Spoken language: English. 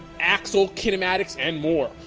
axle kinematics and more.